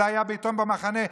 אלא היה בעיתון במחנה.